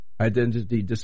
Identity